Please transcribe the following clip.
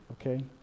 okay